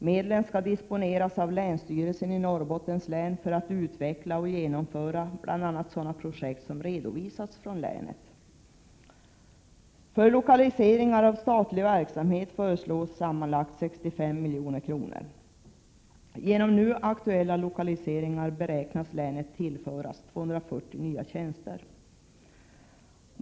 Medlen skall disponeras av länsstyrelsen i Norrbottens län för att utveckla och genomföra bl.a. sådana projekt som redovisats från länet. För lokaliseringar av statlig verksamhet föreslås sammanlagt 65 milj.kr. Genom nu aktuella lokaliseringar beräknas länet tillföras 240 nya tjänster.